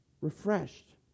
refreshed